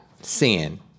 sin